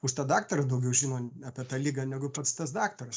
už tą daktarą daugiau žino apie tą ligą negu pats tas daktaras